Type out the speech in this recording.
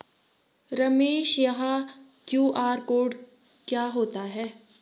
रमेश यह QR code क्या होता है?